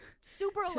super